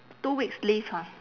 two weeks leave ha